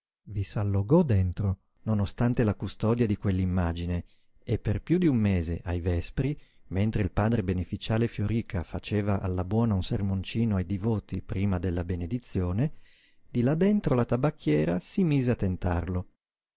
i s allogò dentro non ostante la custodia di quell'immagine e per piú d'un mese ai vespri mentre il padre beneficiale fioríca faceva alla buona un sermoncino ai divoti prima della benedizione di là dentro la tabacchiera si mise a tentarlo